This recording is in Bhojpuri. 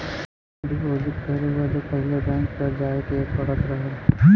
डीपोसिट करे बदे पहिले बैंक जाए के पड़त रहल